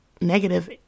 negative